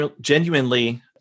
genuinely